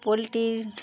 poultry